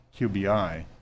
QBI